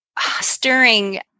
stirring